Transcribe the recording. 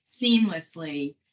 seamlessly